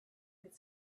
could